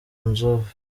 nzove